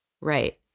right